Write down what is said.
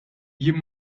jien